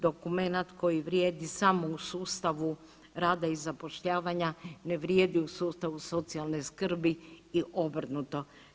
Dokumenat koji vrijedi samo u sustavu rada i zapošljavanja ne vrijedi u sustavu socijalne skrbi i obrnuto.